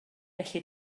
felly